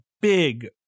big